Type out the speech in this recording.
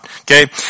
okay